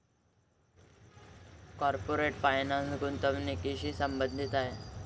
corporate finance गुंतवणुकीशी संबंधित आहे